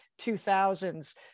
2000s